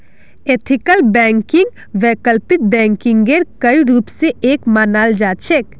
ethical बैंकिंगक वैकल्पिक बैंकिंगेर कई रूप स एक मानाल जा छेक